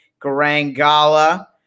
Garangala